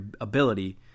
ability